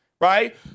right